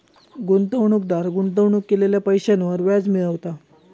गुंतवणूकदार गुंतवणूक केलेल्या पैशांवर व्याज मिळवता